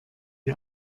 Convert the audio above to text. die